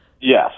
Yes